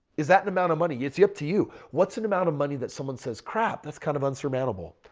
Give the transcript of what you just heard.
is that an amount of money? it's you up to you. what's an amount of money that someone says, crap, that's kind of unsurmountable.